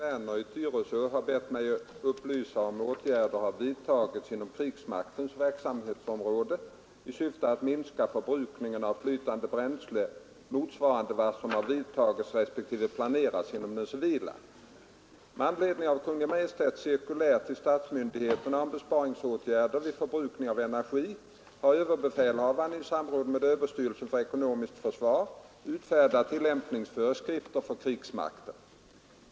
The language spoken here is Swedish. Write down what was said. Herr talman! Herr Werner i Tyresö har bett mig upplysa om åtgärder har vidtagits inom krigsmaktens verksamhetsområde i syfte att minska förbrukningen av flytande bränsle motsvarande vad som vidtagits respektive planeras inom det civila. Med anledning av Kungl. Maj:ts cirkulär nr 821 år 1973 till 13 statsmyndigheterna om besparingsåtgärder vid förbrukning av energi har överbefälhavaren i samråd med överstyrelsen för ekonomiskt försvar utfärdat tillämpningsföreskrifter för krigsmakten.